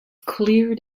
cleared